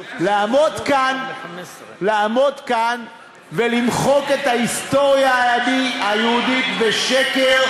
לעמוד כאן ולמחוק את ההיסטוריה היהודית בשקר,